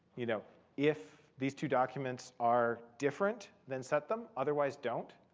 you know if these two documents are different, then set them. otherwise, don't.